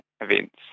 events